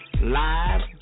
live